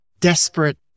desperate